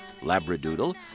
Labradoodle